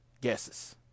guesses